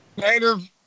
native